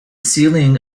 ceiling